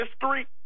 history